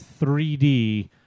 3D